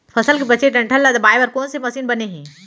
फसल के बचे डंठल ल दबाये बर कोन से मशीन बने हे?